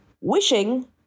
Wishing